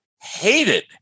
hated